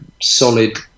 solid